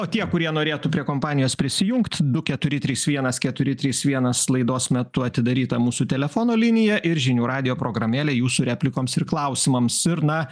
o tie kurie norėtų prie kompanijos prisijungt du keturi trys vienas keturi trys vienas laidos metu atidaryta mūsų telefono linija ir žinių radijo programėlė jūsų replikoms ir klausimams ir na